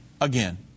again